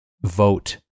vote